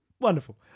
Wonderful